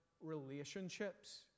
relationships